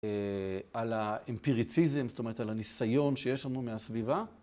על האמפיריציזם, זאת אומרת על הניסיון שיש לנו מהסביבה.